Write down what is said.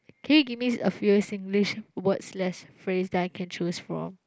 can you give me a few Singlish word slash phrase that I can choose from